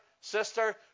sister